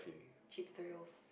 cheap thrills